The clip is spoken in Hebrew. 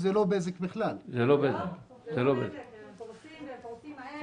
אנחנו כרגע עושים עבודה.